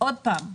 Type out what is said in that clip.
עוד פעם - הליכה,